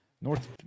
north